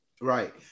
right